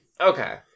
okay